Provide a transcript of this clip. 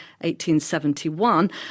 1871